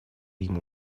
ему